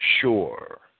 sure